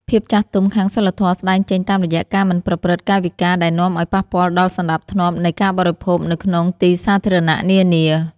ភាពចាស់ទុំខាងសីលធម៌ស្តែងចេញតាមរយៈការមិនប្រព្រឹត្តកាយវិការដែលនាំឱ្យប៉ះពាល់ដល់សណ្តាប់ធ្នាប់នៃការបរិភោគនៅក្នុងទីសាធារណៈនានា។